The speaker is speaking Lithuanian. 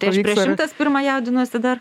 tai aš prieš šimtas pirmą jaudinuosi dar